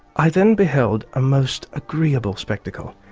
i then beheld a most agreeable spectacle,